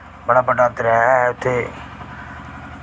बड़ा बड्डा दरेआ ऐ उत्थै